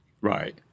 Right